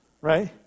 Right